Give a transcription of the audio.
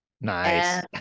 Nice